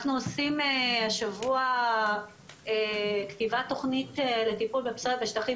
אנחנו עושים השבוע כתיבת תכנית לטיפול בפסדים בשטחים